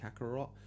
Kakarot